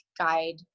guide